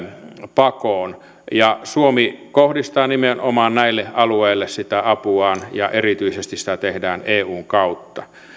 pakoon suomi kohdistaa nimenomaan näille alueille apuaan ja erityisesti sitä tehdään eun kautta